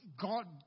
God